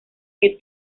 que